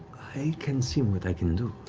can see what i can do.